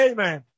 Amen